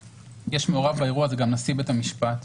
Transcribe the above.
מעורב באירוע גם נשיא בית המשפט,